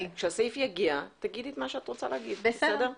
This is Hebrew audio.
כשהסעיף יגיע, תגידי את מה שאת רוצה להגיד, בסדר?